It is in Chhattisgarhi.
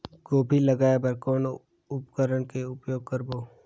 गोभी जगाय बर कौन उपकरण के उपयोग करबो?